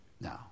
no